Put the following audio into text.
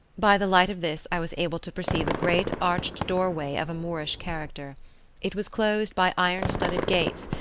by the light of this i was able to perceive a great arched doorway of a moorish character it was closed by iron-studded gates,